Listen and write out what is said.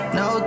no